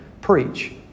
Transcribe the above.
preach